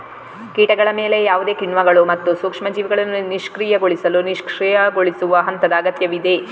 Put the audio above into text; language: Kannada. ಕೀಟಗಳ ಮೇಲೆ ಯಾವುದೇ ಕಿಣ್ವಗಳು ಮತ್ತು ಸೂಕ್ಷ್ಮ ಜೀವಿಗಳನ್ನು ನಿಷ್ಕ್ರಿಯಗೊಳಿಸಲು ನಿಷ್ಕ್ರಿಯಗೊಳಿಸುವ ಹಂತದ ಅಗತ್ಯವಿದೆ